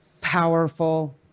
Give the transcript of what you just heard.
powerful